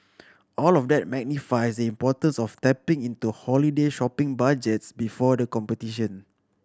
all of that magnifies the importance of tapping into holiday shopping budgets before the competition